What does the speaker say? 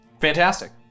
Fantastic